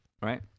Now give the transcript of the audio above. Right